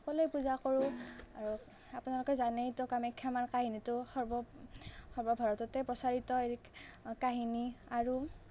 সকলোৱে পূজা কৰোঁ আৰু আপোনালোকে জানেইতো কামাখ্যা মাৰ কাহিনীটো সৰ্ব সৰ্ব ভাৰততেই প্ৰচাৰিত এই কাহিনী আৰু